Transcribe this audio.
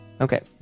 Okay